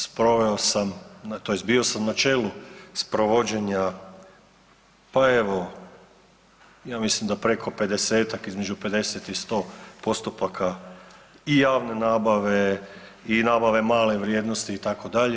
Sproveo sam tj. bio sam na čelu sprovođenja pa evo ja mislim da preko 50-tak, između 50 i 100 postupaka i javne nabave, i nabave male vrijednosti itd.